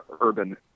urban